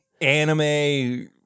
anime